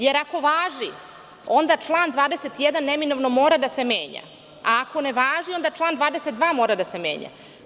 Jer, ako važi, onda član 21. neminovno mora da se menja, a ako ne važi, onda član 22. mora da se menja.